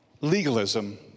Legalism